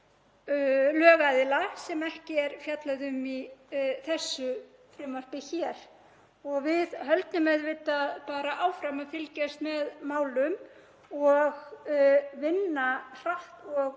lögaðila sem ekki er fjallað um í þessu frumvarpi hér. Við höldum auðvitað bara áfram að fylgjast með málum og vinna hratt og